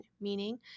meaning